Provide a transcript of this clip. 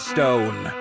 Stone